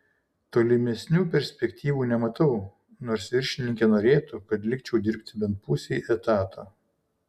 tolimesnių perspektyvų nematau nors viršininkė norėtų kad likčiau dirbti bent pusei etato